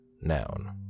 noun